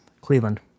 cleveland